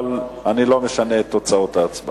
אבל אני לא משנה את תוצאות ההצבעה.